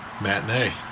Matinee